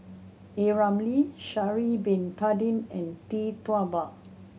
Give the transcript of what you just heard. A Ramli Sha'ari Bin Tadin and Tee Tua Ba